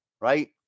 right